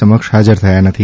સમક્ષ હાજર થયા નથી